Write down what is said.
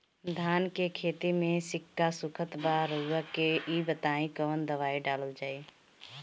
धान के खेती में सिक्का सुखत बा रउआ के ई बताईं कवन दवाइ डालल जाई?